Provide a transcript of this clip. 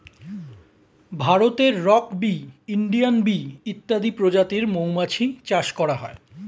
ভারতে rock bee, Indian bee ইত্যাদি প্রজাতির মৌমাছি চাষ করা হয়